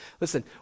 Listen